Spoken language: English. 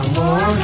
more